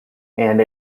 and